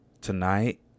Tonight